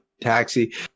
taxi